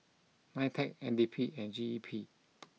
Nitec N D P and G E P